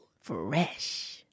Fresh